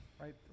Right